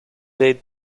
lead